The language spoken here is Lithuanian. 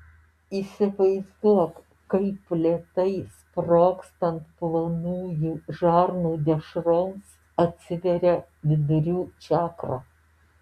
įsivaizduok kaip lėtai sprogstant plonųjų žarnų dešroms atsiveria vidurių čakra